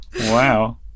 wow